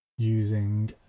Using